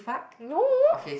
no